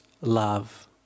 love